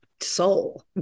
soul